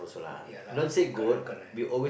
ya lah correct correct